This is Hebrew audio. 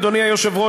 אדוני היושב-ראש,